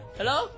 hello